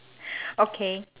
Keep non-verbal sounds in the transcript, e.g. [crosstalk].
[breath] okay